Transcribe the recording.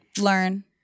learn